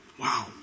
wow